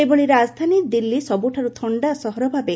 ସେହିଭଳି ରାଜଧାନୀ ଦିଲ୍ଲୀ ସବୁଠାରୁ ଥଣ୍ଡା ସହର ଭାବେ